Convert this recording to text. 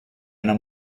einer